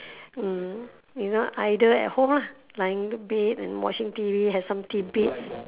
mm you know either at home lah lying bed watching T_V have some tidbits